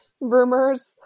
rumors